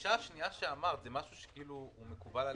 הגישה השנייה שציינת זה משהו שמקובל עליכם?